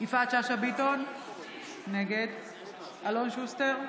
יפעת שאשא ביטון, נגד אלון שוסטר,